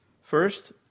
First